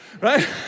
right